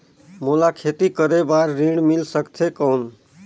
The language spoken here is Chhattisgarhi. मोला खेती करे बार ऋण मिल सकथे कौन?